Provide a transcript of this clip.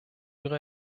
ihre